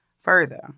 Further